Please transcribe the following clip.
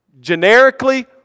generically